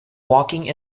walking